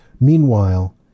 Meanwhile